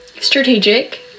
strategic